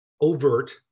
overt